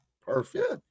perfect